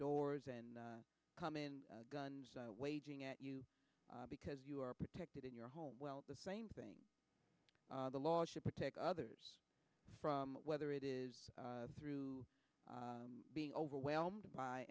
doors and come in guns waging at you because you are protected in your home well the same thing the law should protect others from whether it is through being overwhelmed by